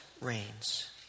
reigns